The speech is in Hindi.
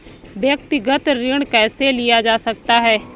व्यक्तिगत ऋण कैसे लिया जा सकता है?